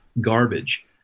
garbage